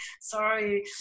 Sorry